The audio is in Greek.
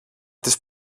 τις